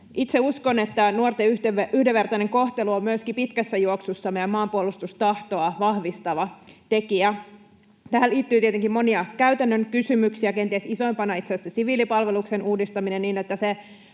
Itse uskon, että nuorten yhdenvertainen kohtelu on myöskin pitkässä juoksussa meidän maanpuolustustahtoa vahvistava tekijä. Tähän liittyy tietenkin monia käytännön kysymyksiä, kenties isoimpana itse asiassa siviilipalveluksen uudistaminen niin, että se